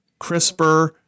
CRISPR